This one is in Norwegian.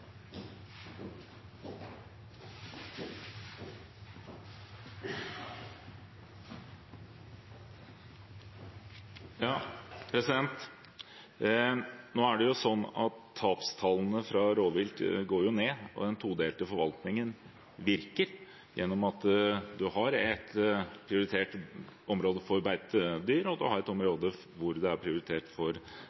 Nå er det slik at tapstallene for rovvilt går ned, og den todelte forvaltningen virker gjennom at man har et prioritert område for beitedyr, og man har et